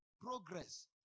progress